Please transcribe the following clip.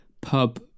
pub